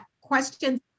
questions